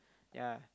yea